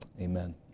amen